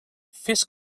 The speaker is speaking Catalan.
fes